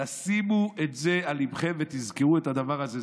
תשימו את זה על ליבכם ותזכרו את הדבר הזה.